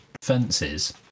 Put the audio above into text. fences